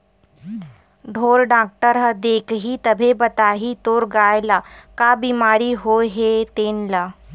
ढ़ोर डॉक्टर ह देखही तभे बताही तोर गाय ल का बिमारी होय हे तेन ल